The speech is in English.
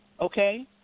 Okay